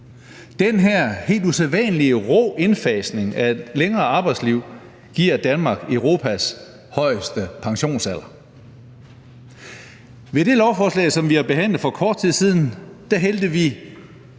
Den her helt usædvanlig rå indfasning af et længere arbejdsliv giver Danmark Europas højeste pensionsalder. Med det lovforslag, som vi har behandlet for kort tid siden, hældte vi